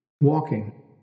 Walking